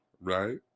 right